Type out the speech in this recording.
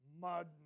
mud